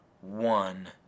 one